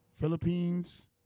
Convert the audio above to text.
Philippines